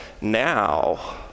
now